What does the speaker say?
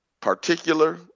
particular